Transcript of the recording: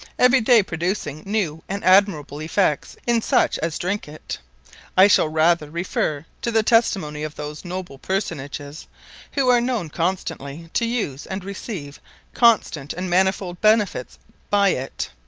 every day producing new and admirable effects in such as drinke it i shall rather referre to the testimony of those noble personages who are known constantly to use and receive constant and manifold benefits by it,